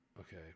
okay